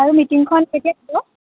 আৰু মিটিংখন কেতিয়া দিব